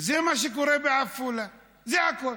זה מה שקורה בעפולה, זה הכול.